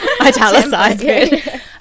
italicized